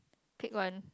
pick one